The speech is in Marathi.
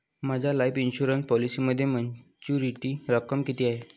माझ्या लाईफ इन्शुरन्स पॉलिसीमध्ये मॅच्युरिटी रक्कम किती आहे?